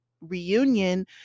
reunion